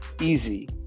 easy